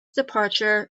departure